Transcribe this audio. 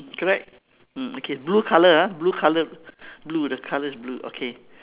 correct mm okay blue colour ah blue colour blue the colour is blue okay